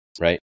right